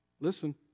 Listen